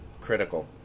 critical